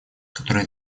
которые